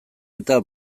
eta